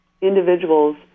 individuals